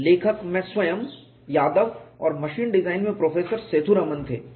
और लेखक मैं स्वयं यादव और मशीन डिजाइन में प्रोफेसर सेथुरमन थे